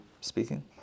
speaking